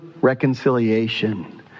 reconciliation